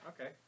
Okay